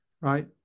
right